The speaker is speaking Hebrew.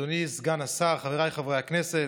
אדוני סגן השר, חבריי חברי הכנסת,